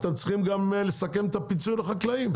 אתם צריכים גם לסכם את הפיצוי לחקלאים.